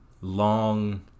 long